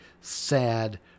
sad